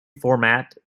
format